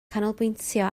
canolbwyntio